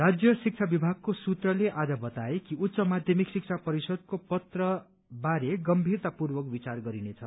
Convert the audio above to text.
राज्य शिक्षा विभागको सूत्रले आज बताए कि उच्च माध्यमिक शिक्षा परिषदको पत्रबारे गम्भीरतापूर्वक विचार गरिनेछ